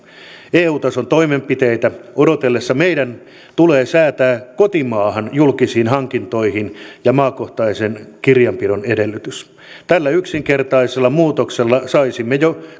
eu tason toimenpiteitä odotellessa meidän tulee säätää kotimaahan julkisiin hankintoihin maakohtaisen kirjanpidon edellytys tällä yksinkertaisella muutoksella saisimme jo